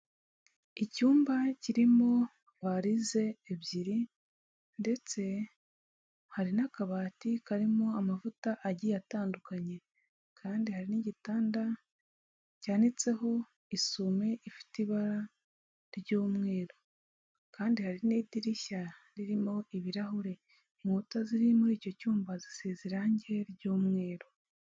Icyumba kirimo varize ebyiri ndetse hari n'akabati karimo amavuta agiye atandukanye, kandi hari n'igitanda cyanitseho isume ifite ibara ry'umweru kandi hari n'idirishya ririmo ibirahure, inkuta ziri muri icyo cyumba zisize irangi ry'umweru.